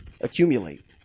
accumulate